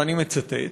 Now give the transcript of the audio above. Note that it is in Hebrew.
ואני מצטט: